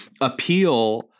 appeal